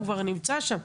הוא כבר נמצא שם.